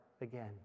again